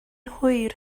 hwyr